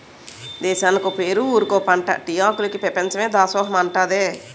దేశానికో పేరు ఊరికో పంటా టీ ఆకులికి పెపంచమే దాసోహమంటాదే